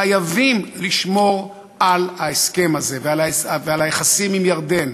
חייבים, לשמור על ההסכם הזה ועל היחסים עם ירדן.